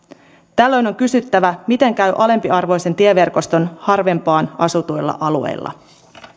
tällöin on kysyttävä miten käy alempiarvoisen tieverkoston harvempaan asutuilla alueilla